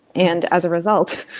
and as a result,